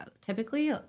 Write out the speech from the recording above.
typically